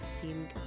seemed